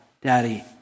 Daddy